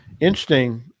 Interesting